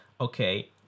okay